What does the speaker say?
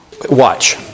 Watch